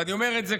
ואני אומר את זה,